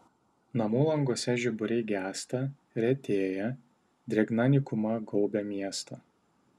namų languose žiburiai gęsta retėja drėgna nykuma gaubia miestą